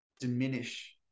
diminish